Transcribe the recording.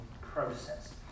process